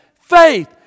faith